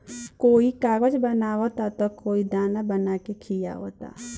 कोई कागज बचावता त केहू दाना बना के खिआवता